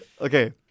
Okay